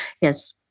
Yes